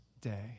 day